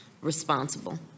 responsible